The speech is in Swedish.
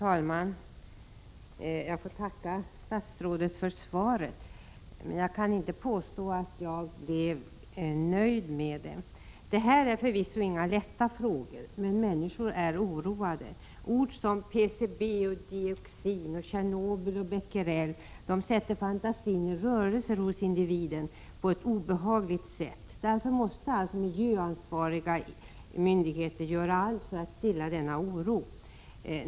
Herr talman! Jag tackar statsrådet för svaret, men jag kan inte påstå att jag blev nöjd med det. Det här är förvisso inga lätta frågor. Människor är oroade. Ord som PCB, dioxin, Tjernobyl och Becquerel sätter individens fantasi i rörelse på ett obehagligt sätt. Därför måste miljöansvariga myndigheter göra allt för att stilla denna oro.